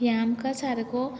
हें आमकां सारको